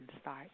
start